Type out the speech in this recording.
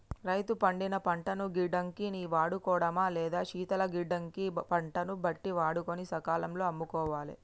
రైతు పండిన పంటను గిడ్డంగి ని వాడుకోడమా లేదా శీతల గిడ్డంగి గ పంటను బట్టి వాడుకొని సకాలం లో అమ్ముకోవాలె